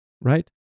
right